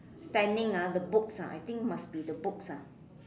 standing ah the books ah I think must be the books ah